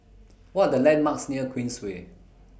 What Are The landmarks near Queensway